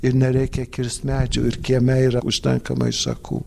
ir nereikia kirst medžių ir kieme yra užtenkamai šakų